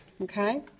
okay